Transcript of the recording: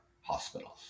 hospitals